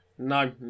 No